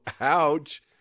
ouch